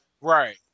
Right